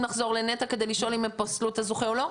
לחזור לנת"ע כדי לשאול אם הם פסלו את הזוכה או לא?